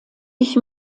ich